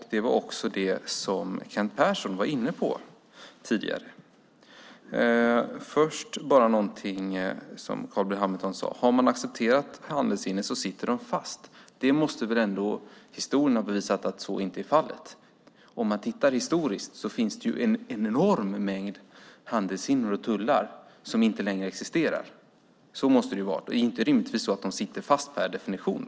Det var också det som Kent Persson var inne på tidigare. Jag vill ta upp någonting som Carl B Hamilton sade: Har man accepterat handelshinder sitter de fast. Historien måste väl ändå ha bevisat att så inte är fallet. Om man tittar historiskt kan man ju se att det har funnits en enorm mängd handelshinder och tullar som inte längre existerar. Det kan rimligtvis inte vara så att de sitter fast per definition.